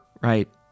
right